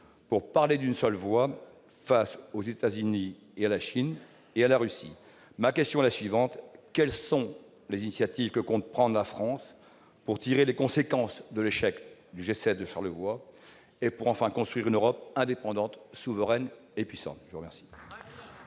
pour parler d'une seule voix face aux États-Unis, à la Chine et à la Russie. Ma question est la suivante : quelles initiatives la France compte-t-elle prendre pour tirer les conséquences de l'échec du G7 de Charlevoix et pour, enfin, construire une Europe indépendante, souveraine et puissante ? La parole